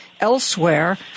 elsewhere